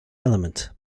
element